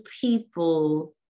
people